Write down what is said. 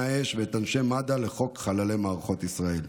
האש ואת אנשי מד"א לחוק חללי מערכות ישראל.